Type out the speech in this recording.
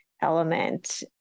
element